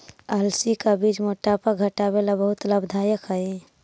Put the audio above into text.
अलसी का बीज मोटापा घटावे ला बहुत लाभदायक हई